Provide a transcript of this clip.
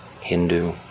Hindu